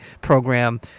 program